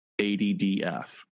ADDF